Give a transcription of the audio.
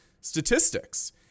statistics